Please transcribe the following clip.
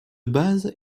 base